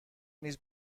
نیز